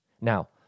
Now